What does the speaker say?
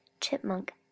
chipmunk